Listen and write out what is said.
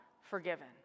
forgiven